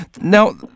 Now